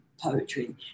poetry